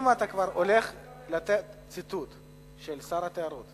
אם אתה כבר הולך לתת ציטוט של שר התיירות,